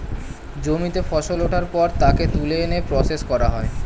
জমিতে ফসল ওঠার পর তাকে তুলে এনে প্রসেস করা হয়